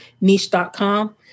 Niche.com